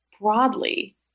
broadly